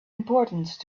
importance